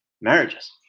marriages